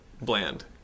Bland